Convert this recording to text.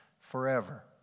forever